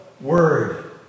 word